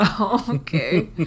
Okay